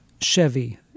Chevy